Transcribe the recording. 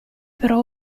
però